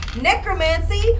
necromancy